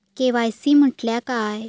KYC म्हटल्या काय?